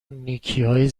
نیکیهای